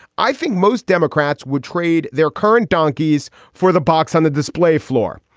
i think most democrats would trade their current donkeys for the box on the display floor.